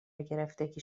گرفتگی